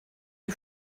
you